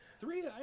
Three